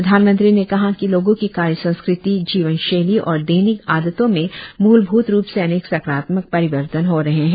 प्रधानमंत्री ने कहा कि लोगों की कार्य संस्कृति जीवन शैली और दैनिक आदतों में मूलभूत रूप से अनेक सकारात्मक परिवर्तन हो रहे हैं